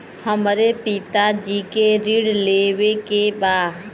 हमरे पिता जी के ऋण लेवे के बा?